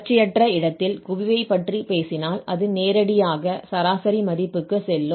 தொடச்சியற்ற இடத்தில் குவிவைப் பற்றி பேசினால் அது நேரடியாக சராசரி மதிப்புக்குச் செல்லும்